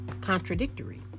contradictory